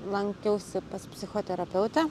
lankiausi pas psichoterapeutę